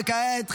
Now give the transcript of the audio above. וכעת,